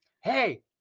hey